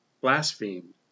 Blaspheme